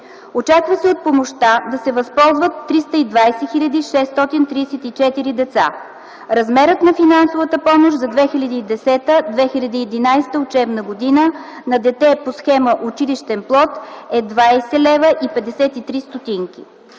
Очаква се от помощта да се възползват 320 634 деца. Размерът на финансовата помощ за 2010-2011 учебна година на дете по схема „Училищен плод” е 20,53 лв.